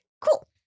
cool